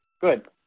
Good